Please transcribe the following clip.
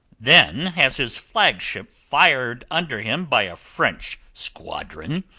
then has his flagship fired under him by a french squadron,